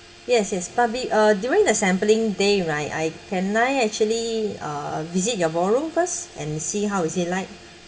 yes yes probably uh during the sampling day right I can I actually uh visit your ballroom first and see how is it like